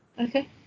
okay